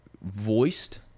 voiced